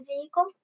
vehicle